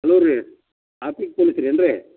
hello ರೀ traffic ಪೋಲಿಸ್ರೇನು ರೀ